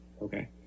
Okay